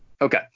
Okay